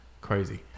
Crazy